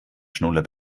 schnuller